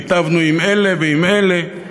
והיטבנו עם אלה ועם אלה,